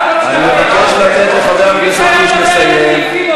אני מבקש לתת לחבר הכנסת קיש לסיים.